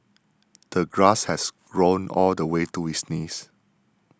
the grass has grown all the way to his knees